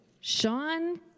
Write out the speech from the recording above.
Sean